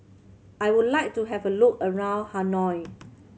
I would like to have a look around Hanoi